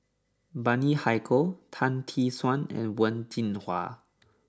Bani Haykal Tan Tee Suan and Wen Jinhua